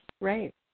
Right